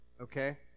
okay